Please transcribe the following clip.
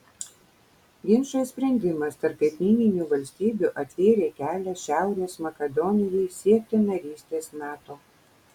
ginčo išsprendimas tarp kaimyninių valstybių atvėrė kelią šiaurės makedonijai siekti narystės nato